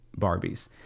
Barbies